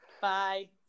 Bye